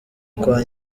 kwa